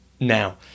Now